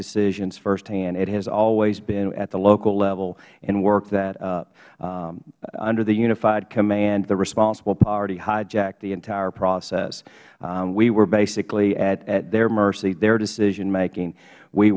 decisions firsthand it has always been at the local level and work that up under the unified command the responsible party highjacked the entire process we were basically at their mercy their decision making we